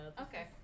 Okay